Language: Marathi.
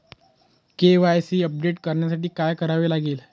के.वाय.सी अपडेट करण्यासाठी काय करावे लागेल?